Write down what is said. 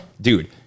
Dude